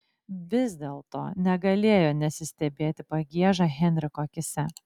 vis dėlto negalėjo nesistebėti pagieža henriko akyse